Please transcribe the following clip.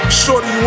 shorty